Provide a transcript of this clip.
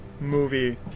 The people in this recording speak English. movie